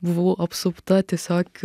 buvau apsupta tiesiog